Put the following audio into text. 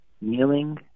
kneeling